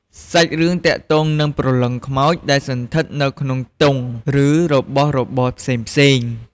សាច់រឿងទាក់ទងនឹងព្រលឹងខ្មោចដែលសណ្ឋិតនៅក្នុងទង់ ឬរបស់របរផ្សេងៗ។